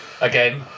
again